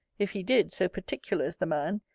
if he did, so particular is the man,